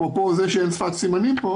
אפרופו זה שאין פה שפת סימנים,